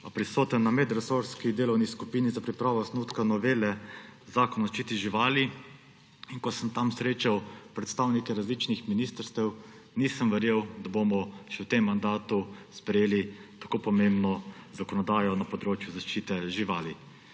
prisoten na medresorski delovni skupini za pripravo osnutka novele Zakona o zaščiti živali in ko sem tam srečal predstavnike različnih ministrstev, nisem verjel, da bomo še v tem mandatu sprejeli tako pomembno zakonodajo na področju zaščite živali.